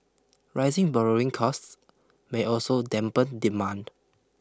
rising borrowing costs may also dampen demand